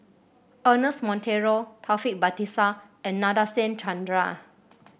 Ernest Monteiro Taufik Batisah and Nadasen Chandra